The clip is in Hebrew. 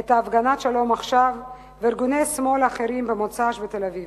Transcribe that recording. את הפגנת "שלום עכשיו" וארגוני שמאל אחרים במוצאי-שבת בתל-אביב.